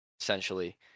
essentially